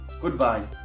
Goodbye